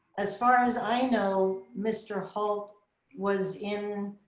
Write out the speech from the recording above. as far as i know, mr. halt was in,